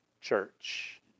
church